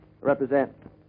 represent